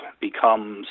becomes